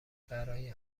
برای